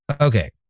Okay